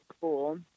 cool